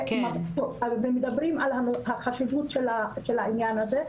מדברים על החשיבות של העניין הזה,